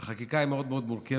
החקיקה היא מאוד מאוד מורכבת,